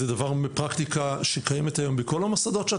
זאת פרקטיקה שקיימת היום בכל המוסדות?